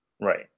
Right